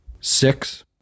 six